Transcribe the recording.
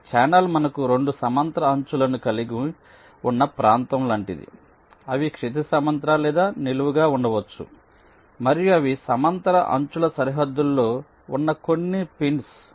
ఒక ఛానెల్ మనకు 2 సమాంతర అంచులను కలిగి ఉన్న ప్రాంతం లాంటిది అవి క్షితిజ సమాంతర లేదా నిలువుగా ఉండవచ్చు మరియు అవి సమాంతర అంచుల సరిహద్దులో ఉన్న కొన్ని పిన్స్